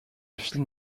film